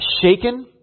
shaken